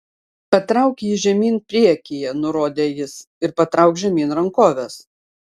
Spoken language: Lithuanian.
patrauk jį žemyn priekyje nurodė jis ir patrauk žemyn rankoves